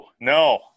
no